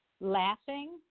laughing